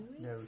no